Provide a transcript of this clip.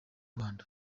rwanda